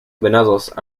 venados